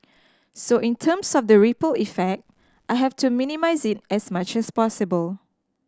so in terms of the ripple effect I have to minimise it as much as possible